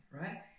right